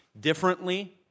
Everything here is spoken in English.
differently